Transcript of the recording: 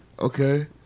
Okay